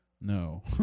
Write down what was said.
no